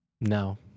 no